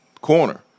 corner